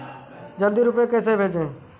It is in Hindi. जल्दी रूपए कैसे भेजें?